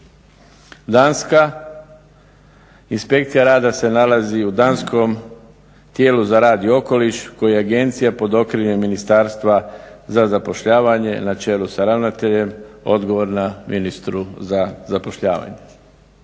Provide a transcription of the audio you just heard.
Danska, inspekcija rada se nalazi u Danskom tijelu za rad i okoliš koji je agencija pod okriljem Ministarstva za zapošljavanjem na čelu sa ravnateljem odgovorna ministru za zapošljavanje.